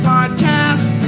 Podcast